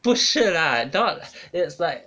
不是啦 not it's like